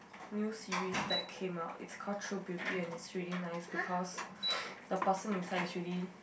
new series that came out it's called true beauty and it's really nice because the person inside is really